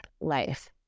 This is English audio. Life